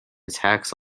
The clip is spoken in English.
attacks